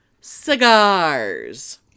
Cigars